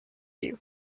you